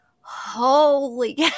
Holy